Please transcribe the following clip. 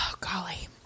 golly